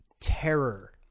terror